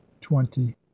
twenty